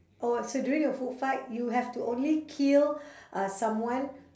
oh so during a food fight you have to only kill uh someone